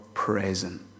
Present